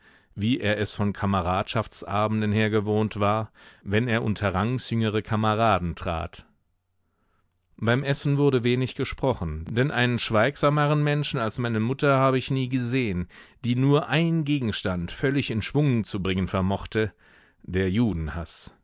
wie er es von kameradschaftsabenden her gewohnt war wenn er unter rangsjüngere kameraden trat beim essen wurde wenig gesprochen denn einen schweigsameren menschen als meine mutter habe ich nie gesehen die nur ein gegenstand völlig in schwung zu bringen vermochte der judenhaß